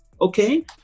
Okay